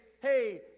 hey